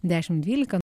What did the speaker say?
dešimt dvylika